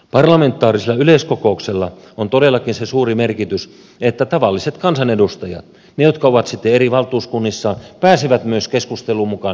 parlamentaarisella yleiskokouksella on todellakin se suuri merkitys että tavalliset kansanedustajat ne jotka ovat sitten eri valtuuskunnissa pääsevät myös keskusteluun mukaan ja antamaan sen panoksen